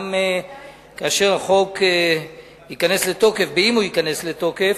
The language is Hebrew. כאשר החוק ייכנס לתוקף, אם הוא ייכנס לתוקף,